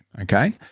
okay